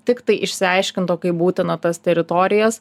tiktai išsiaiškintų kaip būtina tas teritorijas